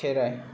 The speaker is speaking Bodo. खेराइ